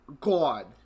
god